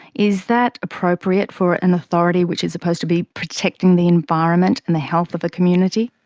is that appropriate for an authority which is supposed to be protecting the environment and the health of the community?